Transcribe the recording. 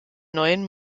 neuen